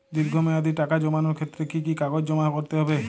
দীর্ঘ মেয়াদি টাকা জমানোর ক্ষেত্রে কি কি কাগজ জমা করতে হবে?